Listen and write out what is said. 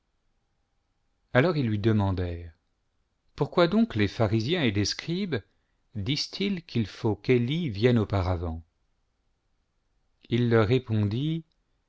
alors ils lui demandèrent pourquoi donc les pharisiens et les scribes disent-ils qu'il faut qu'elie vienne auparavant il leur répondit